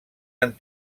han